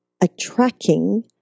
attracting